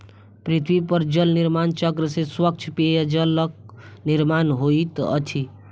पृथ्वी पर जल निर्माण चक्र से स्वच्छ पेयजलक निर्माण होइत अछि